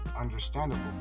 understandable